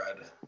red